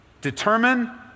Determine